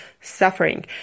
suffering